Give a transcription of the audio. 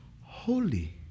Holy